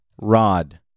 rod